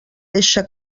deixa